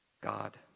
God